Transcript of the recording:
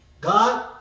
God